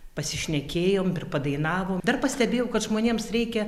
pasišnekėjom pri padainavom dar pastebėjau kad žmonėms reikia